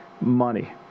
money